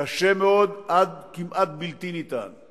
קשה מאוד עד כמעט בלתי ניתן.